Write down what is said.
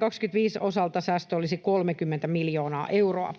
25 osalta säästö olisi 30 miljoonaa euroa.